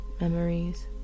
memories